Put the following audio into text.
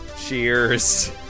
Cheers